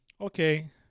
okay